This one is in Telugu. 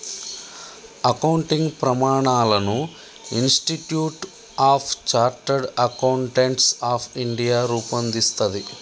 అకౌంటింగ్ ప్రమాణాలను Institute of Chartered Accountants of India రూపొందిస్తది